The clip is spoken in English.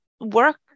work